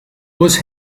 was